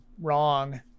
wrong